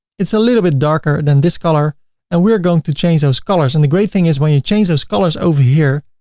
it's a little bit darker than this color and we're going to change those colors, and the great thing is when you change those colors over here,